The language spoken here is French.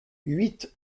huit